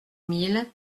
mille